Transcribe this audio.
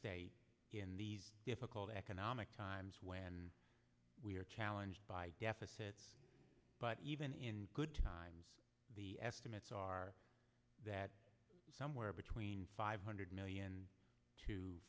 state in these difficult economic times when we are challenged by deficits but even in good times the estimates are that somewhere between five hundred million to